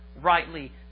rightly